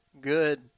good